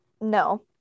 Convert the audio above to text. no